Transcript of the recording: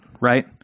right